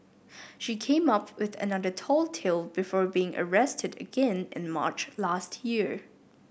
she came up with another tall tale before being arrested again in March last year